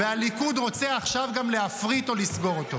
והליכוד רוצה עכשיו גם להפריט או לסגור אותו.